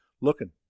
looking